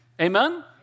Amen